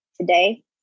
today